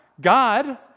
God